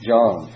John